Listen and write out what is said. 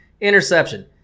Interception